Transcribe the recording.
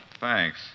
Thanks